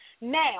now